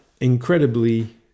incredibly